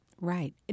Right